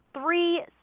three